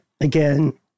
again